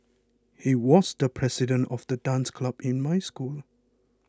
he was the president of the dance club in my school